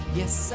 yes